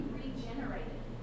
regenerated